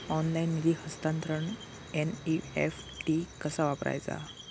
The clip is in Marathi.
ऑनलाइन निधी हस्तांतरणाक एन.ई.एफ.टी कसा वापरायचा?